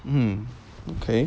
um okay